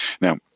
Now